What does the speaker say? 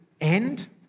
end